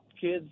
kids